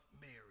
Mary